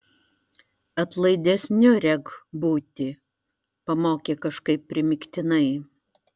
atlaidesniu rek būti pamokė kažkaip primygtinai